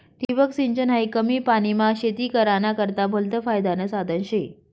ठिबक सिंचन हायी कमी पानीमा शेती कराना करता भलतं फायदानं साधन शे